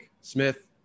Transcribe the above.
Smith